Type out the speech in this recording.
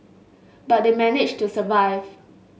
but they managed to survive